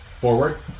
forward